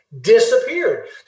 disappeared